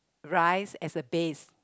rice as a base